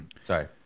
Sorry